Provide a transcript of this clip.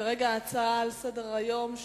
כרגע ההצעה על סדר-היום,